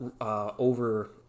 over